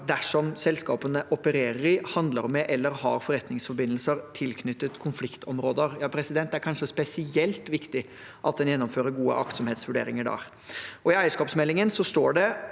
dersom selskapene opererer i, handler med eller har forretningsforbindelser tilknyttet konfliktområder. Ja, det er kanskje spesielt viktig at en gjennomfører gode aktsomhetsvurderinger da. Og i eierskapsmeldingen står det: